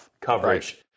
coverage